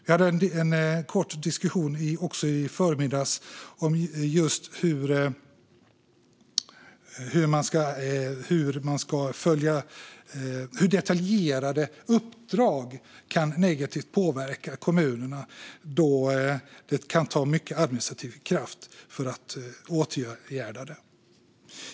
Jag hade en kort diskussion i förmiddags om hur detaljerade uppdrag kan påverka kommunerna negativt då det kan ta mycket administrativ kraft att åtgärda dem.